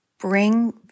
bring